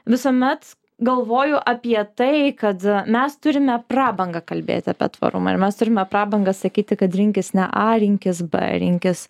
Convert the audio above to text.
visuomet galvoju apie tai kad mes turime prabangą kalbėt apie tvarumą ir mes turime prabangą sakyti kad rinkis ne a rinkis b rinkis